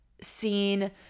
seen